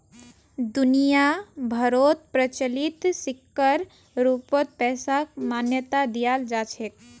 दुनिया भरोत प्रचलित सिक्कर रूपत पैसाक मान्यता दयाल जा छेक